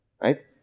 Right